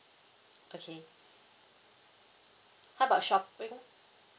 okay how about shopping